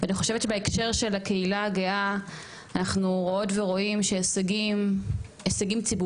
ואני חושבת שבהקשר של הקהילה הגאה אנחנו רואות ורואים שהשגים ציבוריים,